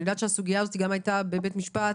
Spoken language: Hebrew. אני יודעת שהסוגיה הזו הייתה גם בבית משפט